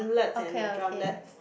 okay okay